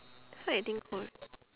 feel like eating kore~